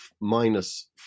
minus